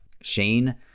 Shane